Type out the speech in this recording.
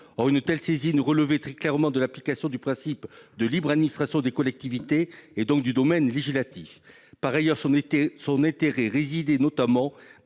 Or une telle saisine relevait très clairement de l'application du principe de libre administration des collectivités territoriales, et donc du domaine législatif. Par ailleurs, son intérêt résidait notamment